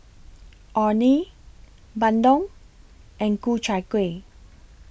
Orh Nee Bandung and Ku Chai Kueh